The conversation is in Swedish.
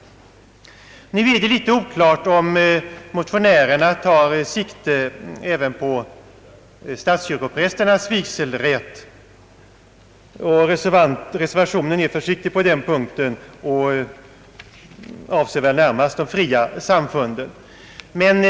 Nu är det litet oklart om motionärerna tar sikte även på statskyrkoprästernas vigselrätt. Reservationen är försiktig på den punkten och avser väl närmast de fria samfunden.